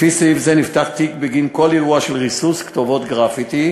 לפי סעיף זה נפתח תיק בגין כל אירוע של ריסוס כתובות גרפיטי,